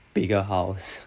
bigger house